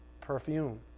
perfume